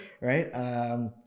right